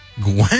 Gwen